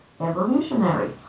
Evolutionary